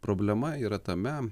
problema yra tame